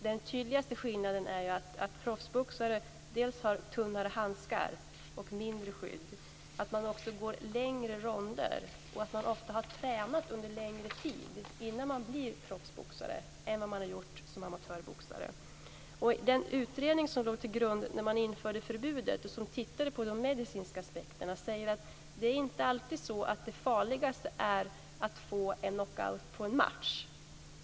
Den tydligaste skillnaden är ju att proffsboxare har tunnare handskar och mindre skydd, men man går också längre ronder och har ofta tränat under längre tid innan man blir proffsboxare än man har gjort som amatörboxare. Den utredning som låg till grund när man införde förbudet och som tittade på de medicinska aspekterna säger att det inte alltid är farligast att få en knockout på en match.